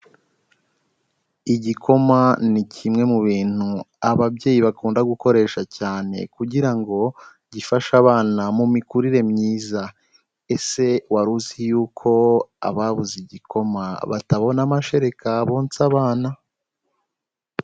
Igikoma ni kimwe mu bintu ababyeyi bakunda gukoresha cyane, kugira ngo gifashe abana mu mikurire myiza, ese wari uzi yuko ababuze igikoma batabona amashereka bonsa abana?